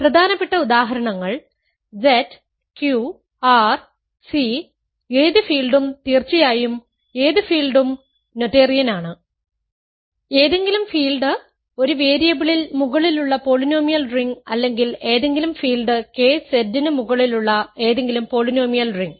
പ്രധാനപ്പെട്ട ഉദാഹരണങ്ങൾ Z Q R C ഏത് ഫീൽഡും തീർച്ചയായും ഏത് ഫീൽഡും നോതേറിയൻ ആണ് ഏതെങ്കിലും ഫീൽഡ് ഒരു വേരിയബിളിൽ മുകളിലുള്ള പോളിനോമിയൽ റിംഗ് അല്ലെങ്കിൽ ഏതെങ്കിലും ഫീൽഡ് K Z ന് മുകളിലുള്ള ഏതെങ്കിലും പോളി നോമിയൽ റിംഗ്